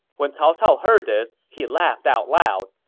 when cao cao heard this, he laughed out loud.